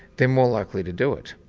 they are more likely to do it.